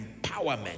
empowerment